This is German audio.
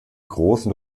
großen